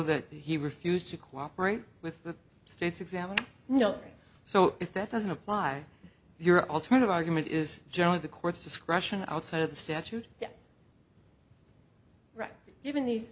that he refused to cooperate with the states examiner you know so if that doesn't apply your alternative argument is generally the court's discretion outside of the statute that's right given these